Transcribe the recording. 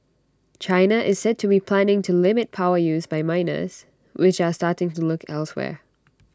China is said to be planning to limit power use by miners which are starting to look elsewhere